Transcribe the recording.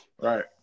Right